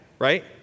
Right